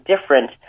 different